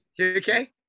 okay